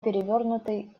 перевернутый